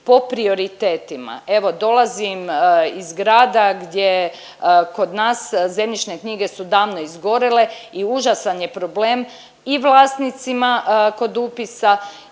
po prioritetima. Evo dolazim iz grada gdje kod nas zemljišne knjige su davno izgorjele i užasan je problem i vlasnicima kod upisa